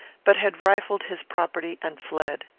but had rifled his property and fled.